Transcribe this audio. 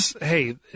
Hey